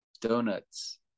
donuts